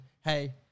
Hey